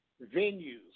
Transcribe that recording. venues